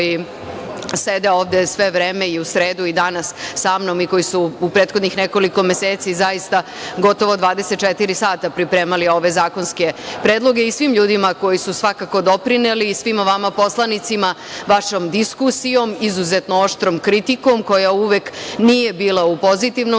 koji sede ovde sve vreme i u sredu i danas sa mnom i koji su prethodnih nekoliko meseci zaista gotovo 24 sata pripremali ove zakonske predloge, i svim ljudima koji su svakako doprineli i svima vama poslanicima, vašom diskusijom, izuzetno oštrom kritikom koja uvek nije bila u pozitivnom